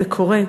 זה קורה.